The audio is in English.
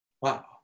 wow